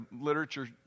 literature